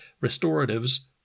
restoratives